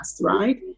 right